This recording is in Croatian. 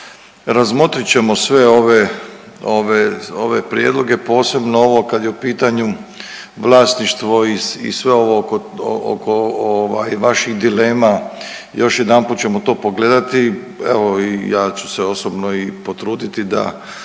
Razmotrit ćemo sve ove prijedloge posebno ovo kada je u pitanju vlasništvo i sve ovo oko vaših dilema. Još jedanput ćemo to pogledati. Evo i ja ću se osobno i potruditi da